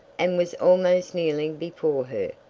and was almost kneeling before her.